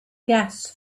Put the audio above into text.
gas